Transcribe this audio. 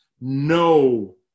no